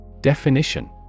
Definition